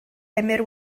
emyr